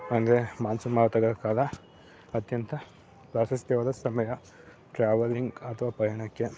ಅಂದರೆ ಮಾನ್ಸೂನ್ ಮಾರುತಗಳ ಕಾಲ ಅತ್ಯಂತ ಪ್ರಾಶಸ್ತ್ಯವಾದ ಸಮಯ ಟ್ರಾವಲಿಂಗ್ ಅಥವಾ ಪಯಣಕ್ಕೆ